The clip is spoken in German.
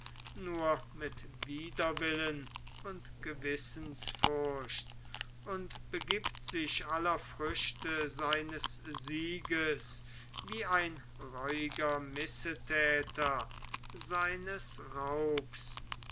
nur mit widerwillen und gewissensfurcht und begibt sich aller früchte seines sieges wie ein reuiger missethäter seines raubs